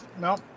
no